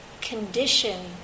condition